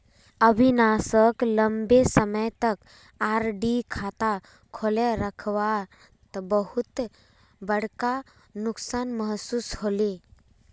अविनाश सोक लंबे समय तक आर.डी खाता खोले रखवात बहुत बड़का नुकसान महसूस होल